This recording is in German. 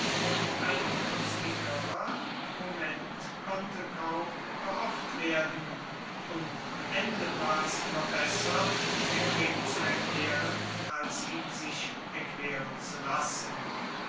ein günstigerer moment konnte kaum gehofft werden und am ende war es immer besser den krieg zu erklären als ihn sich erklären zu lassen